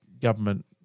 government